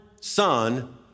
son